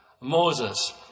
Moses